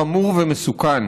חמור ומסוכן.